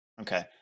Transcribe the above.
Okay